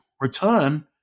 return